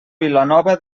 vilanova